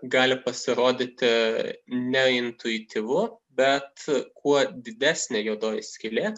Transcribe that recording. gali pasirodyti neintuityvu bet kuo didesnė juodoji skylė